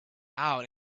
out